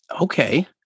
Okay